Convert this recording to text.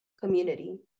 community